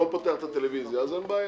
שהוא לא פותח את הטלוויזיה אז אין בעיה.